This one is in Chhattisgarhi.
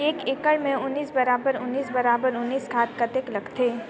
एक एकड़ मे उन्नीस बराबर उन्नीस बराबर उन्नीस खाद कतेक लगथे?